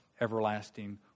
everlasting